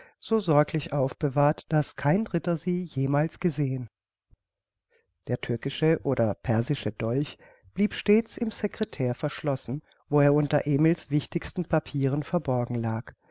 so sorglich aufbewahrt daß kein dritter sie jemals gesehen der türkische oder persische dolch blieb stets im secretair verschlossen wo er unter emil's wichtigsten papieren verborgen lag